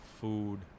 food